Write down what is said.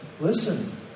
Listen